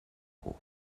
kongo